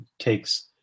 takes